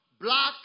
black